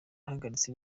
ahagaritse